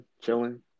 Chilling